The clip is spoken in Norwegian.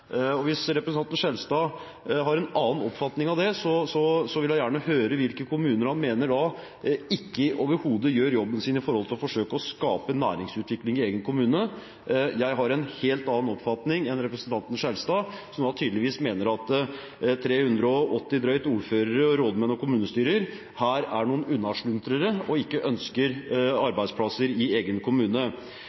Og hvis representanten Skjelstad har en annen oppfatning av det, vil jeg gjerne høre hvilke kommuner han mener da overhodet ikke gjør jobben sin med å forsøke å skape næringsutvikling i egen kommune. Jeg har en helt annen oppfatning enn representanten Skjelstad, som tydeligvis mener at drøyt 380 ordførere, rådmenn og kommunestyrer i denne forbindelse er noen unnasluntrere og ikke ønsker arbeidsplasser i egen kommune.